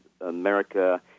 America